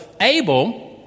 Abel